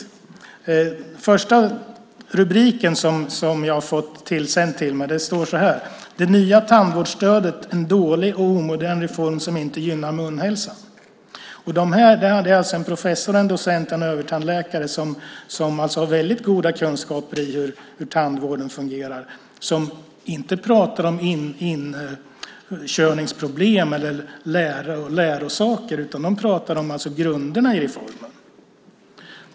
I den första rubriken som jag har fått tillsänd mig står det att det nya tandvårdsstödet är en dålig och omodern reform som inte gynnar munhälsan. Det är en professor, en docent och en övertandläkare som har goda kunskaper i hur tandvården fungerar. De pratar inte om inkörningsproblem eller om saker som måste läras in utan de pratar om grunderna i reformen.